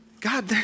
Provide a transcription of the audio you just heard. God